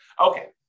Okay